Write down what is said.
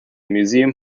museum